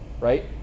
right